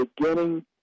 beginning